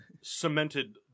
cemented